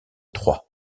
trois